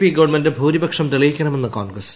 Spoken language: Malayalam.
പി ഗവൺമെന്റ് ഭൂരിപക്ഷം തെളിയിക്കണമെന്ന് കോൺഗ്രസ്